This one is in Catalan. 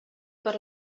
per